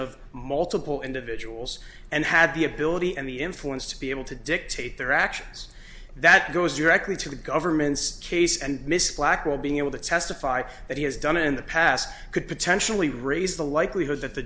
of multiple individuals and had the ability and the influence to be able to dictate their actions that goes directly to the government's case and mrs black will be able to testify that he has done in the past could potentially raise the likelihood that the